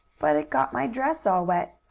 but it got my dress all wet.